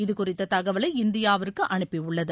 இது குறித்த தகவலை இந்தியாவிற்கு அனுப்பியுள்ளது